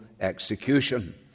execution